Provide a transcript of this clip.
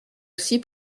aussi